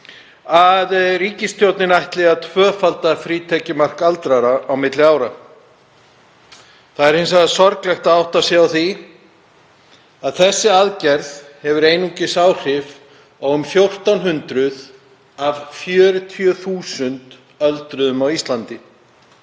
að ríkisstjórnin ætli að tvöfalda frítekjumark aldraðra á milli ára. Hins vegar er sorglegt að átta sig á því að sú aðgerð hefur einungis áhrif á um 1.400 af 40.000 öldruðum á Íslandi.